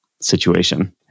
situation